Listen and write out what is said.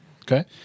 Okay